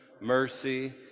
mercy